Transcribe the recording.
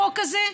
החוק הזה,